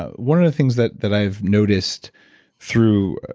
one of the things that that i've noticed through.